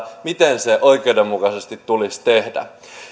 miten se oikeudenmukaisesti tulisi tehdä